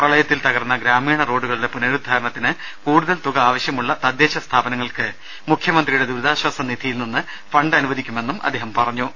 പ്രളയത്തിൽ തകർന്ന ഗ്രാമീണ റോഡുകളുടെ പുനരുദ്ധാരണത്തിന് കൂടുതൽ തുക ആവശ്യമുള്ള തദ്ദേശ സ്ഥാപനങ്ങൾക്ക് മുഖ്യമന്ത്രിയുടെ ദുരിതാശ്വാസ നിധിയിൽ നിന്ന് ഫണ്ട് അനുവദിക്കുമെന്നും അദ്ദേഹം പറഞ്ഞു